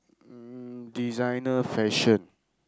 mm designer fashion